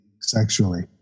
sexually